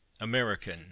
American